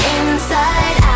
inside